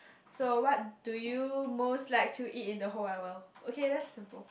so what do you most like to eat in the whole wide world okay that's simple